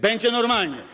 Będzie normalnie.